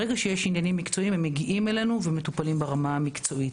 ברגע שיש עניינים מקצועיים הם מגיעים אלינו ומטופלים ברמה המקצועית.